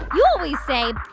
you always say,